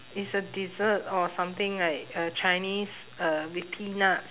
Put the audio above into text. is a dessert or something like a chinese uh with peanuts